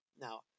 Now